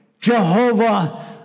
Jehovah